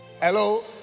Hello